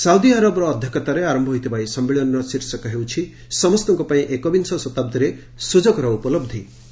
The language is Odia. ସାଉଦି ଆରବ ଅଧ୍ୟକ୍ଷତାରେ ଆରମ୍ଭ ହୋଇଥିବା ଏହି ସମ୍ମିଳନୀର ଶୀର୍ଷକ ହେଉଛି 'ସମସ୍ତଙ୍କ ପାଇଁ ଏକବିଂଶ ଶତାବ୍ଦୀରେ ସୁଯୋଗର ଉପଲବ୍ଧି'